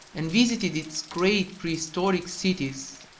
and visited its great prehistoric cities.